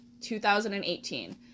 2018